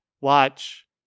watch